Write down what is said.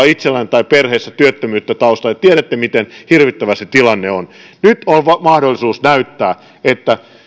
itsellänne tai perheessä työttömyyttä taustalla ja tiedätte miten hirvittävä se tilanne on nyt on mahdollisuus näyttää että